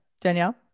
Danielle